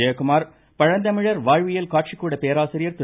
ஜெயக்குமார் பழந்தமிழர் வாழ்வியல் காட்சிக்கூட பேராசிரியர் திரு